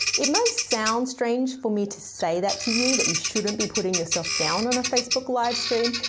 it may sound strange for me to say that to you that you shouldn't be putting yourself down on a facebook livestream,